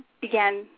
began